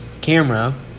camera